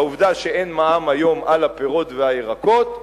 העובדה שאין מע"מ היום על הפירות והירקות,